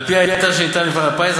על-פי ההיתר שניתן למפעל הפיס,